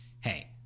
hey